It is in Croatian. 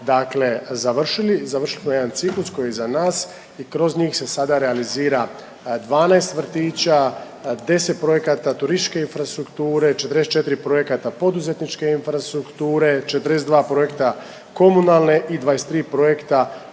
dakle završili završimo jedan ciklus koji je iza nas i kroz njih se sada realizira 12 vrtića, 10 projekata turističke infrastrukture, 44 projekata poduzetničke infrastrukture, 42 projekta komunalne i 23 projekta